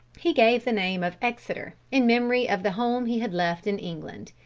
he gave the name of exeter, in memory of the home he had left in england.